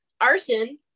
arson